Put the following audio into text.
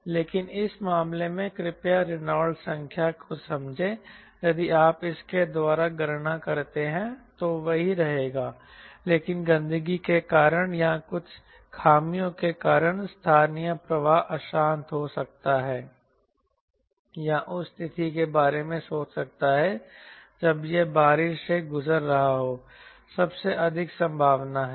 लेकिन इस मामले में कृपया रेनॉल्ड संख्या को समझें यदि आप इसके द्वारा गणना करते हैं तो वही रहेगा लेकिन गंदगी के कारण या कुछ खामियों के कारण स्थानीय प्रवाह अशांत हो सकता है या उस स्थिति के बारे में सोच सकता है जब यह बारिश से गुजर रहा हो सबसे अधिक संभावना है